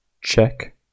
check